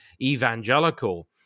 evangelical